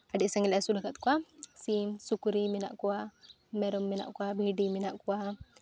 ᱟᱹᱰᱤ ᱥᱟᱸᱜᱮᱞᱮ ᱟᱹᱥᱩᱞ ᱟᱠᱟᱫ ᱠᱚᱣᱟ ᱥᱤᱢ ᱥᱩᱠᱨᱤ ᱢᱮᱱᱟᱜ ᱠᱚᱣᱟ ᱢᱮᱨᱚᱢ ᱢᱮᱱᱟᱜ ᱠᱚᱣᱟ ᱵᱷᱤᱰᱤ ᱢᱮᱱᱟᱜ ᱠᱚᱣᱟ